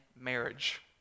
marriage